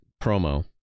promo